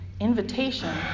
Invitation